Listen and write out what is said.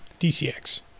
DCX